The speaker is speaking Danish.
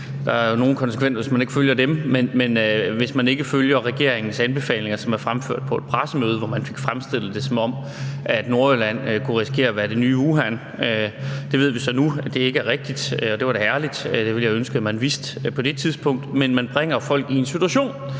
Der er jo nogle konsekvenser, hvis man ikke følger dem. Men hvad, hvis man ikke følger regeringens anbefalinger, som er fremført på et pressemøde, hvor man fik fremstillet det, som om Nordjylland kunne risikere at være det nye Wuhan? Det ved vi så nu ikke er rigtigt, og det er da herligt, det ville jeg ønske man vidste på det tidspunkt. Men man bringer folk i en situation,